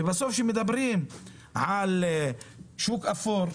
ובסוף כשמדברים על שוק אפור,